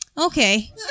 okay